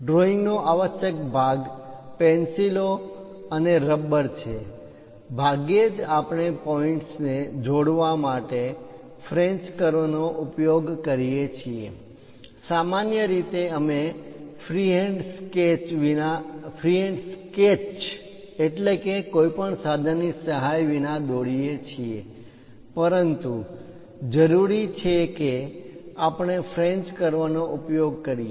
drawing નો આવશ્યક ભાગ પેન્સિલો અને રબ્બર ઇરેઝર છે ભાગ્યે જ આપણે પોઈન્ટ્સને બિંદુઓને જોડવા કનેક્ટ કરવા માટે ફ્રેન્ચ કર્વ નો ઉપયોગ કરીએ છીએ સામાન્ય રીતે અમે ફ્રી હેન્ડ સ્કેચ કોઈ સાધનની સહાય વિના દોરીએ છીએ પરંતુ જરૂરી છે કે આપણે ફ્રેન્ચ કર્વ નો ઉપયોગ કરીએ